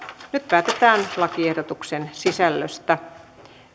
nyt päätetään lakiehdotusten sisällöstä